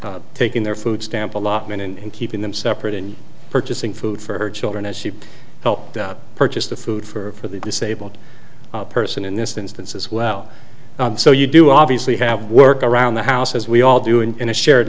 taking their food stamp allotment in keeping them separate in purchasing food for her children as she helped out purchase the food for the disabled person in this instance as well so you do obviously have work around the house as we all do and in a shared